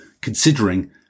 considering